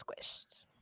squished